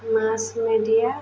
mass media